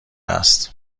است